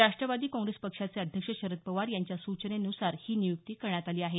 राष्ट्रवादी काँग्रेस पक्षाचे अध्यक्ष शरद पवार यांच्या सूचनेनुसार ही नियुक्ती करण्यात आली आहे